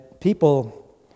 people